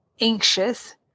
anxious